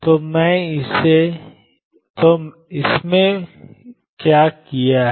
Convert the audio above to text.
तो मैंने इसमें क्या किया है